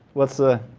what's the